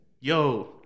yo